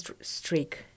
streak